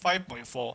five point four